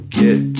get